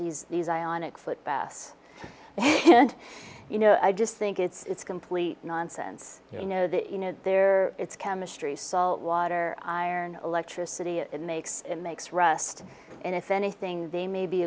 these these ionic foot bass and you know i just think it's complete nonsense you know that you know there it's chemistry salt water iron electricity it makes it makes rust and if anything they may be